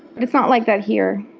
but it's not like that here.